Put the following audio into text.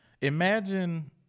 Imagine